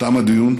תם הדיון.